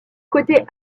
côté